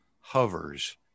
hovers